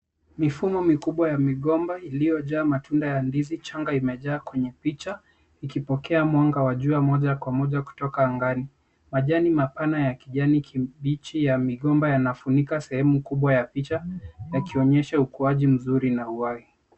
Mifumo mikubwa ya migomba iliyojaa matunda ya ndizi changa yamejaa kwenye picha ikipokea mwanga wa jua moja kwa moja kutoka angani. Majani mapana ya kijani kibichi ya migomba yanafunika sehemu kubwa ya picha yakionyesha ukuaji mzuri na uhai.